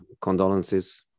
condolences